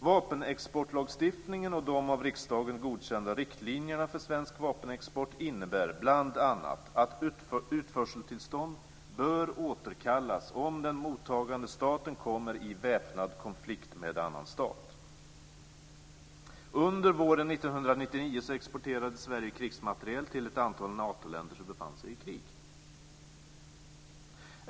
Vapenexportlagstiftningen och de av riksdagen godkända riktlinjerna för svensk vapenexport innebär bl.a. att utförseltillstånd bör återkallas om den mottagande staten kommer i väpnad konflikt med annan stat. Under våren 1999 exporterade Sverige krigsmateriel till ett antal Natoländer som befann sig i krig.